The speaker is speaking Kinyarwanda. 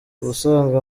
ubusanzwe